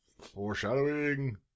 Foreshadowing